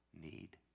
need